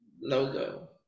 logo